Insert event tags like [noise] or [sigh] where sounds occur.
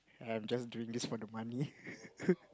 I'm just doing this for the money [laughs]